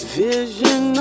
vision